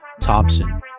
Thompson